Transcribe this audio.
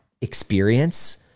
experience